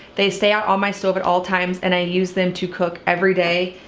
they stay out on my stove at all times and i use them to cook every day.